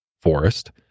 forest